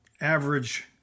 average